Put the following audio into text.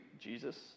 Jesus